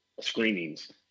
screenings